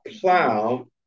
plow